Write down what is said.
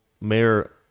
Mayor